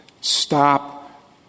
stop